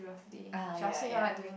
uh ya ya